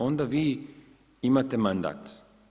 Onda vi imate mandat.